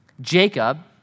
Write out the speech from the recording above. Jacob